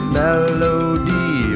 melody